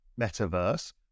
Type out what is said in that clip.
metaverse